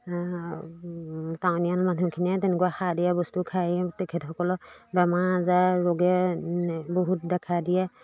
টাউনিয়াল মানুহখিনিয়ে তেনেকুৱা সাৰ দিয়া বস্তু খায়েই তেখেতসকলক বেমাৰ আজাৰ ৰোগে বহুত দেখা দিয়ে